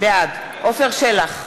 בעד עפר שלח,